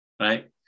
right